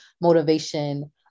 motivation